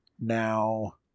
Now